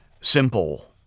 simple